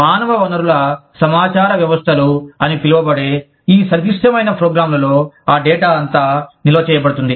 మానవ వనరుల సమాచార వ్యవస్థలు అని పిలువబడే ఈ సంక్లిష్టమైన ప్రోగ్రామ్లలో ఆ డేటా అంతా నిల్వ చేయబడుతుంది